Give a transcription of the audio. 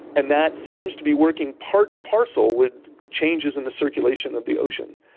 and that seems to be working part and parcel with changes in the circulation of the ocean.